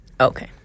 Okay